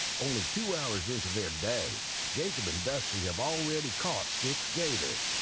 only two hours into their day, jacob and dusty have already caught six gators,